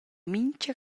mintga